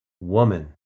woman